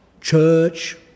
church